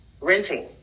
renting